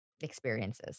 Experiences